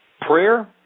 prayer